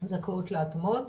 זכאות להתאמות,